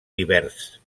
divers